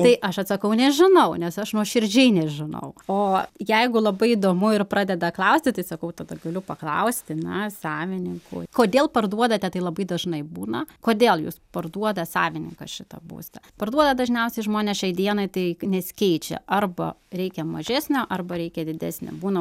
tai aš atsakau nežinau nes aš nuoširdžiai nežinau o jeigu labai įdomu ir pradeda klausti tai sakau tada galiu paklausti na savininkų kodėl parduodate tai labai dažnai būna kodėl jūs parduoda savininkas šitą būstą parduoda dažniausiai žmonės šiai dienai tai nesikeičia arba reikia mažesnio arba reikia didesnio būna